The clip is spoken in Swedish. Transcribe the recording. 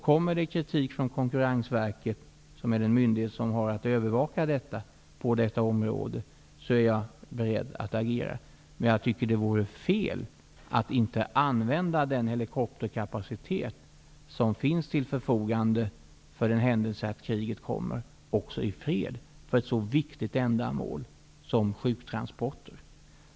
Kommer det kritik från Konkurrensverket, som är den myndighet som har att övervaka detta område, är jag beredd att agera, men jag tycker att det vore fel om den helikopterkapacitet som finns till förfogande för den händelse att kriget kommer inte användes också i fred för ett så viktigt ändamål som sjuktransporter.